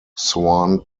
swan